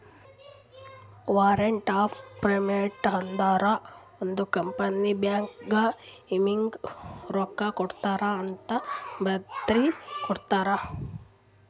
warrant of payment ಅಂದುರ್ ಒಂದ್ company ಬ್ಯಾಂಕ್ಗ್ ಇವ್ನಿಗ ರೊಕ್ಕಾಕೊಡ್ರಿಅಂತ್ ಬರ್ದಿ ಕೊಡ್ತದ್